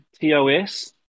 TOS